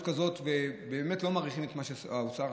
כזאת ובאמת לא מעריכים את מה שעושה האוצר.